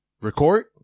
record